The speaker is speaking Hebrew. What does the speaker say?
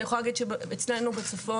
אני יכולה להגיד שאצלנו בצפון,